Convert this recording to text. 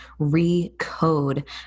recode